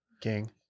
King